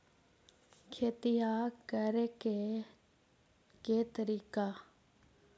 खेतिया करेके के तारिका?